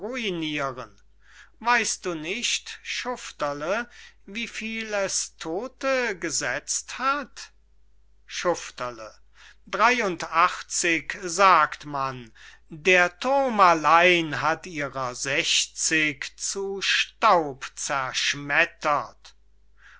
ruiniren weist du nicht schufterle wie viel es todte gesetzt hat schufterle drey und achtzig sagt man der thurm allein hat ihrer sechszig zu staub zerschmettert